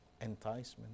enticement